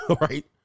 Right